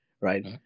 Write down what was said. Right